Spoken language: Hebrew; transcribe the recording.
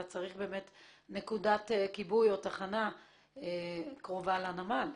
אלא צריך שתהיה נקודת כיבוי או תחנה קרובה לנמל.